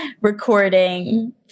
recording